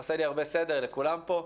הוא עושה לי הרבה סדר, לכולם פה,